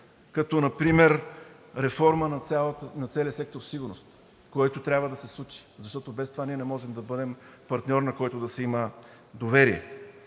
като реформата на целия сектор „Сигурност“, което трябва да се случи, защото без това ние не можем да бъдем партньор, на който да се има доверие.